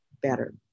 better